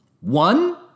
One